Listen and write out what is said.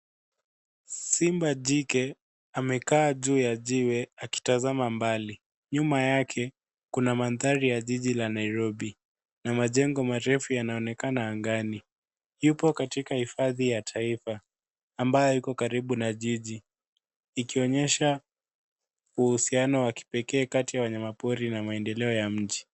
Simba jike amekaa juu ya jiwe akitazama mbali. Nyuma yake, kuna mandhari ya jiji la Nairobi na majengo marefu yanaonekana angani. Yupo katika hifadhi ya taifa ambayo iko karibu na jiji ikionyesha uhusiano wa kipekee kati ya wanyama pori na maendeleo ya mji.